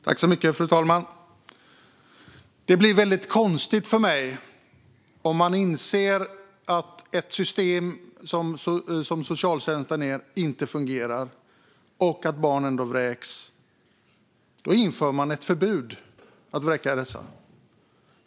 Fru talman! Det blir konstigt för mig. Om man inser att ett system som socialtjänsten inte fungerar och att barn ändå vräks vill man införa ett förbud mot att vräka dem.